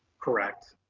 correct.